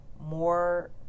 more